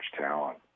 talent